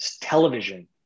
television